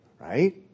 Right